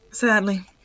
Sadly